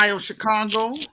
Chicago